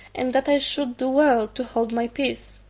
and that i should do well to hold my peace.